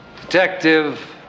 Detective